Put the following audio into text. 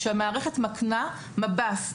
שהמערכת מקנה מב"ס,